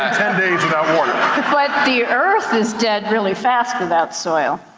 ten days without water. but the earth is dead really fast without soil.